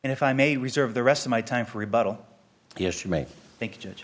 and if i may reserve the rest of my time for rebuttal yes you may think judge